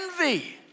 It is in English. envy